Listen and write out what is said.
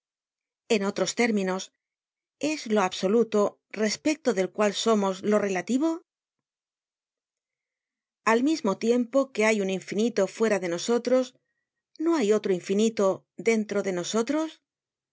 en otros términos es lo absoluto respecto del cual somos lo relativo al mismo tiempo que hay un infinito fuera de nosotras no hay otro infinito dentro de nosotros